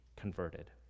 converted